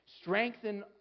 strengthen